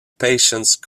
patience